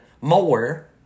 more